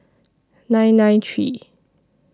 nine nine three